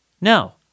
No